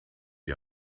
die